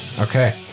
Okay